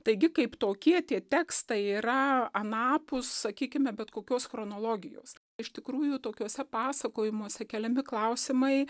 taigi kaip tokie tie tekstai yra anapus sakykime bet kokios chronologijos iš tikrųjų tokiuose pasakojimuose keliami klausimai